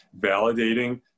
validating